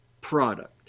product